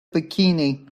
bikini